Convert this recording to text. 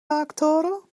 aktoro